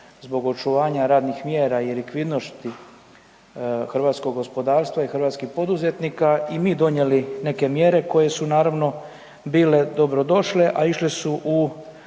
zbog očuvanja radnih mjera i likvidnosti hrvatskog gospodarstva i hrvatskih poduzetnika i mi donijeli neke mjere koje su naravno bile dobrodošle, a išle su u